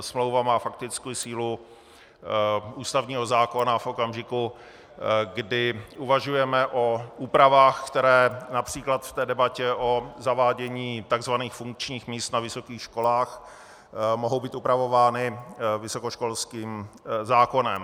Smlouva má fakticky sílu ústavního zákona v okamžiku, kdy uvažujeme o úpravách, které například v té debatě o zavádění tzv. funkčních míst na vysokých školách mohou být upravovány vysokoškolským zákonem.